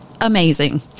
amazing